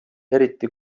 eriti